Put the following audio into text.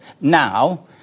now